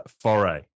foray